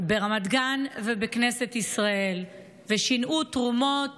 ברמת גן ובכנסת ישראל ושינעו תרומות